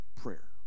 prayer